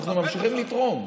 אנחנו ממשיכים לתרום.